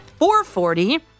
4.40